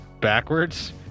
backwards